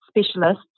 specialists